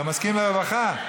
ועדת הרווחה?